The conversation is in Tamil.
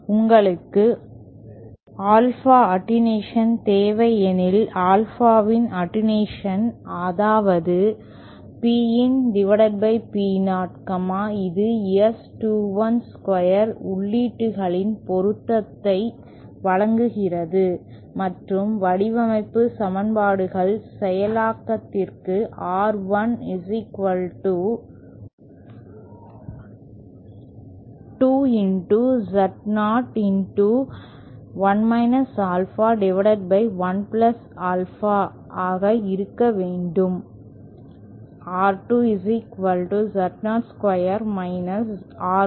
உங்களுக்கு ஆல்பா அட்டென்யூஷன் தேவை எனில் ஆல்பாவின் அட்டென்யூஷன் அதாவது PinPout இது S212 உள்ளீடுகளின் பொருத்தத்தை வழங்குகிறது மற்றும் வடிவமைப்பு சமன்பாடுகள் செயலாக்கத்திற்கு R12 Z0 1 ஆல்பா1ஆல்பா ஆக இருக்க வேண்டும்